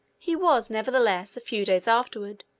he was, nevertheless, a few days afterward,